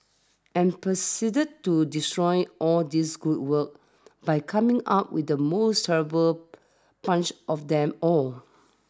and proceeded to destroy all this good work by coming up with the most terrible punch of them all